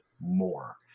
more